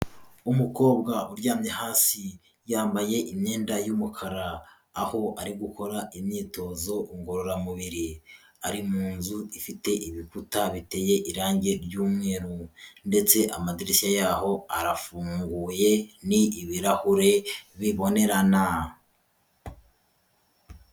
Umukobwa uryamye hasi, yambaye imyenda y'umukara, aho ari gukora imyitozo ngororamubiri, ari mu nzu ifite ibikuta biteye irangi ry'umweru ndetse amadirishya yaho arafunguye, ni ibirahure bibonerana.